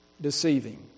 deceiving